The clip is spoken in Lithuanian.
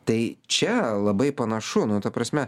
tai čia labai panašu nu ta prasme